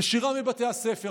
נשירה מבתי הספר,